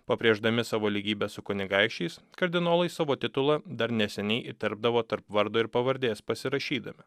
pabrėždami savo lygybę su kunigaikščiais kardinolai savo titulą dar neseniai įterpdavo tarp vardo ir pavardės pasirašydami